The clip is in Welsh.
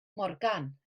morgan